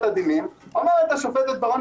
חברת הכנסת מריח,